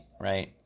right